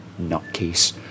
Nutcase